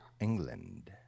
England